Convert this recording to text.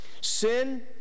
Sin